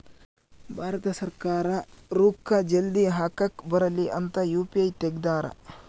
ಭಾರತ ಸರ್ಕಾರ ರೂಕ್ಕ ಜಲ್ದೀ ಹಾಕಕ್ ಬರಲಿ ಅಂತ ಯು.ಪಿ.ಐ ತೆಗ್ದಾರ